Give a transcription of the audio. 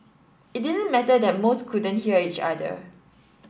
it didn't matter that most couldn't hear each other